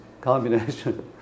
combination